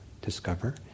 discover